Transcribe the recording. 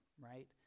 right